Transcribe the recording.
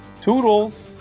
Toodles